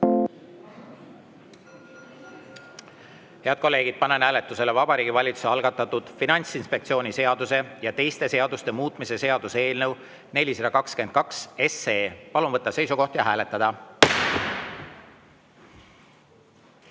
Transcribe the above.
Head kolleegid, panen hääletusele Vabariigi Valitsuse algatatud Finantsinspektsiooni seaduse ja teiste seaduste muutmise seaduse eelnõu 422. Palun võtta seisukoht ja hääletada!